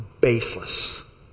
baseless